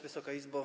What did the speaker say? Wysoka Izbo!